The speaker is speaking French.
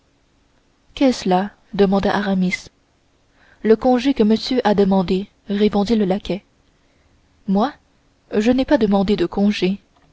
qu'est-ce là demanda aramis le congé que monsieur a demandé répondit le laquais moi je n'ai pas demandé de congé